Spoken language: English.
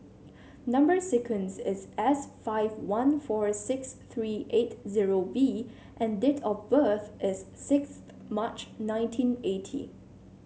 number sequence is S five one four six three eight zero B and date of birth is sixth March nineteen eighty